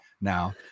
now